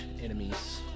enemies